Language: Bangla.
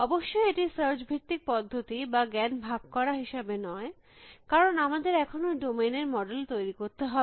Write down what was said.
অবশ্যই এটি সার্চ ভিত্তিক পদ্ধতি বা জ্ঞান ভাগ করা হিসাবে নয় কারণ আমাদের এখনো ডোমেইন এর মডেল তৈরী করতে হবে